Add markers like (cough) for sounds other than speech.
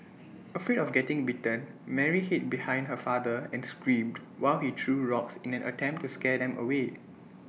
(noise) afraid of getting bitten Mary hid behind her father and screamed while he threw rocks in an attempt to scare them away